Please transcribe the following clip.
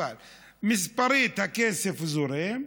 מספרית הכסף זורם,